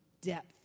depth